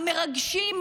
המרגשים,